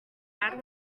bad